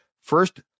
first